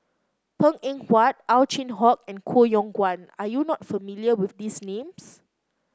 Png Eng Huat Ow Chin Hock and Koh Yong Guan are you not familiar with these names